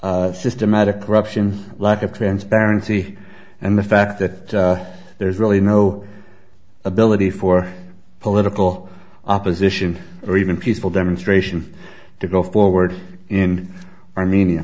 the systematic corruption lack of transparency and the fact that there's really no ability for political opposition or even peaceful demonstration to go forward in armenia